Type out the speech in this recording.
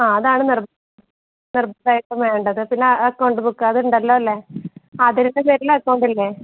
ആ അതാണ് നിർബന്ധം നിർബന്ധമായും വേണ്ടത് പിന്നെ അക്കൗണ്ട് ബുക്ക് അതുണ്ടല്ലോ അല്ലേ ആതിരേടെ പേരിൽ അക്കൗണ്ടില്ലേ